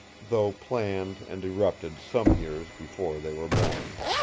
though planned and erupted some years before they were born.